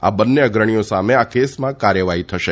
આ બંને અગ્રણીઓ સામે આ કેસમાં કાર્યવાહી થશે